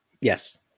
yes